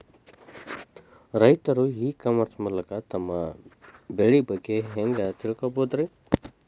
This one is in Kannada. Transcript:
ರೈತರು ಇ ಕಾಮರ್ಸ್ ಮೂಲಕ ತಮ್ಮ ಬೆಳಿ ಬಗ್ಗೆ ಹ್ಯಾಂಗ ತಿಳ್ಕೊಬಹುದ್ರೇ?